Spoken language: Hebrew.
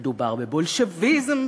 מדובר בבולשביזם,